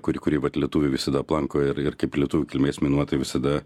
kuri kurį vat lietuviai visada aplanko ir ir kaip lietuvių kilmės minuotoją visada